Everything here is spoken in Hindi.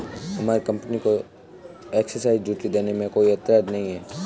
हमारी कंपनी को एक्साइज ड्यूटी देने में कोई एतराज नहीं है